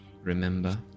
remember